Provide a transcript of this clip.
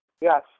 Yes